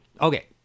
Okay